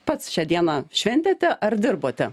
pats šią dieną šventėte ar dirbote